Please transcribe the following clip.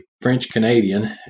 French-Canadian